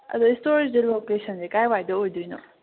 ꯑꯗꯨ ꯏꯁꯇꯣꯔꯒꯤꯁꯦ ꯂꯣꯀꯦꯁꯟꯁꯦ ꯀꯗꯥꯏꯋꯥꯏꯗ ꯑꯣꯏꯒꯗꯣꯏꯅꯣ